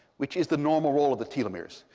which is the normal role of the telomeres.